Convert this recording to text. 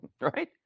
right